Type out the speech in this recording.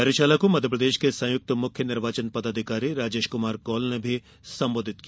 कार्यशाला में मध्यप्रदेश के संयुक्त मुख्य निर्वाचन पदाधिकारी राजेश कमार कोल ने भी संबोधित किया